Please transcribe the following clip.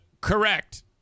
Correct